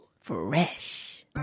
Fresh